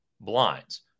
blinds